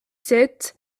sept